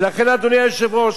ולכן, אדוני היושב-ראש,